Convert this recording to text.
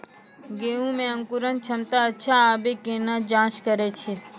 गेहूँ मे अंकुरन क्षमता अच्छा आबे केना जाँच करैय छै?